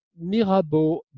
Mirabeau